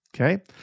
okay